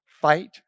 fight